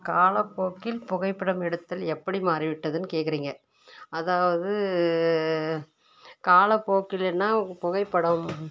காலப்போக்கில் புகைப்படம் எடுத்தல் எப்படி மாறிவிட்டதுன்னு கேக்கிறீங்க அதாவது காலப்போக்கில் என்ன புகைப்படம்